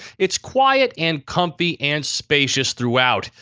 it's quiet and comfy and spacious throughout,